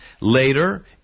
Later